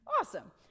Awesome